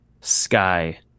sky